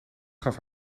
gaf